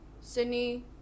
Sydney